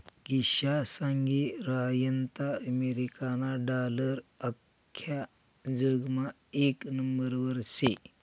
किशा सांगी रहायंता अमेरिकाना डालर आख्खा जगमा येक नंबरवर शे